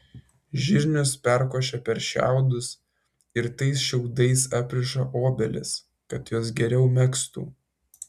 žirnius perkošia per šiaudus ir tais šiaudais apriša obelis kad jos geriau megztų